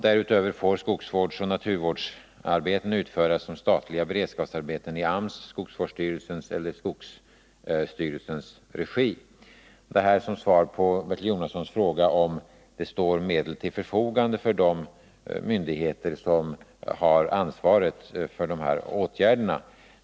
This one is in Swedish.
Därutöver får skogsvårdsoch naturvårdsarbeten utföras som statliga beredskapsarbeten i AMS, skogsvårdsstyrelsens eller skogsstyrelsens regi. Det här säger jag som svar på Bertil Jonassons fråga om det står medel till förfogande för de myndigheter som har ansvaret för dessa åtgärder.